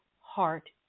heart